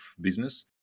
business